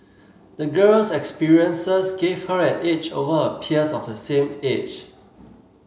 the girl's experiences gave her an edge over her peers of the same age